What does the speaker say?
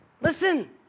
listen